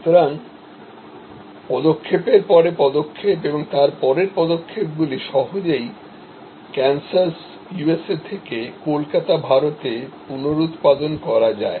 সুতরাং পদক্ষেপের পরে পদক্ষেপ এবংতার পরের পদক্ষেপগুলি সহজেই কানসাস ইউএসএ থেকে কলকাতা ভারতে পুনরুত্পাদন করা যায়